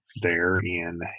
Therein